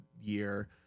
year